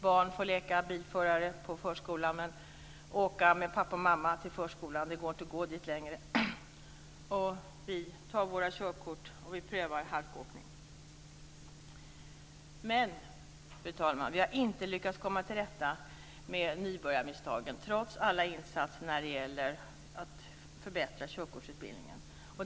Barn får leka bilförare i förskolan och åka med pappa och mamma till förskolan - det går inte längre att gå dit. Vi prövar halkåkning och tar våra körkort. Men, fru talman, vi har inte lyckats komma till rätta med nybörjarmisstagen, trots alla insatser för att förbättra körkortsutbildningen.